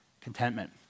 contentment